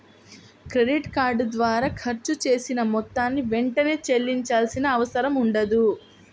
credit card ద్వారా ఖర్చు చేసిన మొత్తాన్ని వెంటనే చెల్లించాల్సిన అవసరం ఉండదు